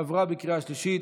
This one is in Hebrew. עברה בקריאה השלישית,